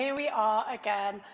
yeah we are again.